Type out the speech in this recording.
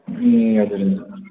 ए हजुर हजुर